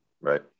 Right